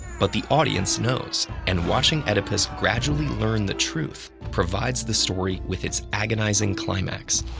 but the audience knows, and watching oedipus gradually learn the truth provides the story with its agonizing climax.